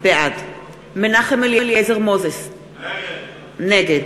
בעד מנחם אליעזר מוזס, נגד